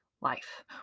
life